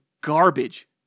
garbage